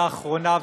לאחרונה,